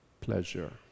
pleasure